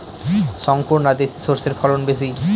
শংকর না দেশি সরষের ফলন বেশী?